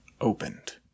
opened